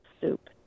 soup